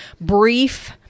brief